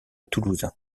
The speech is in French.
toulousain